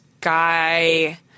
guy